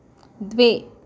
द्वे